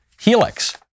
Helix